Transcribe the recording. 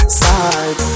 side